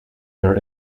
your